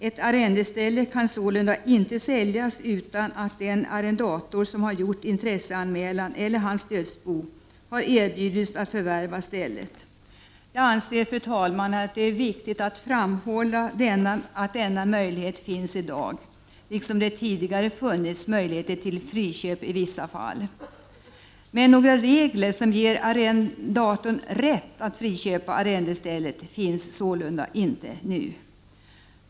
Ett arrendeställe kan sålunda inte säljas utan att den arrendator som har gjort intresseanmälan eller hans dödsbo har erbjudits att förvärva stället. Jag anser, fru talman, att det är viktigt att framhålla att denna möjlighet finns i dag, liksom att det tidigare funnits möjligheter till friköp i vissa fall. Men några regler som ger arrendatorn rätt att friköpa arrendestället finns sålunda inte nu.